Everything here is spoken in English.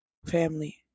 family